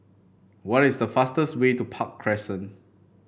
what is the fastest way to Park Crescent